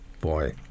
boy